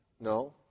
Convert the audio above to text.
No